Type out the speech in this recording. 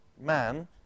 man